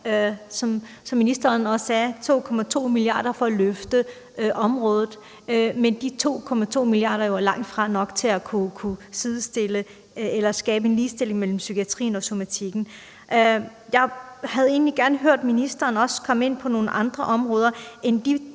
som ministeren også sagde, 2,2 mia. kr. til at løfte området, men de 2,2 mia. kr. er jo langtfra nok til at kunne sidestille eller ligestille psykiatrien med somatikken. Jeg havde egentlig gerne hørt ministeren også komme ind på nogle andre områder end de